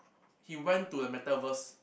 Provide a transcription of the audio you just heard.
he went to a meta verse